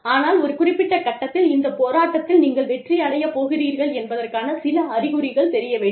ஆனால் ஒரு குறிப்பிட்ட கட்டத்தில் இந்த போராட்டத்தில் நீங்கள் வெற்றி அடைய போகிறீர்கள் என்பதற்கான சில அறிகுறிகள் தெரிய வேண்டும்